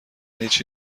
هیچی